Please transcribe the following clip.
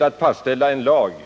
Det måste vara orimligt